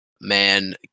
man